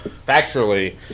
factually